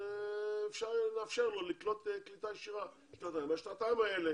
נאפשר לו לקלוט בקליטה ישירה במשך שנתיים ובשנתיים האלה